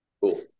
Cool